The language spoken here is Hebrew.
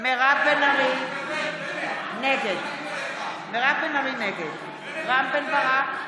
מירב בן ארי, נגד רם בן ברק,